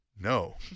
No